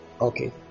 Okay